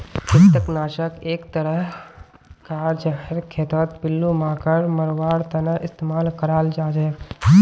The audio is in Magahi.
कृंतक नाशक एक तरह कार जहर खेतत पिल्लू मांकड़ मरवार तने इस्तेमाल कराल जाछेक